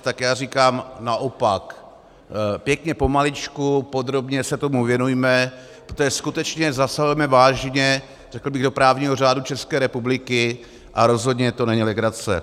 Tak já říkám naopak, pěkně pomaličku, podrobně se tomu věnujme, protože skutečně zasahujeme vážně do právního řádu České republiky a rozhodně to není legrace.